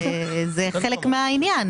זה חלק מהעניין.